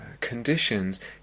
conditions